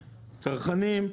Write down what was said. צרכנים,